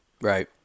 Right